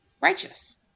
righteous